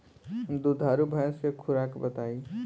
दुधारू भैंस के खुराक बताई?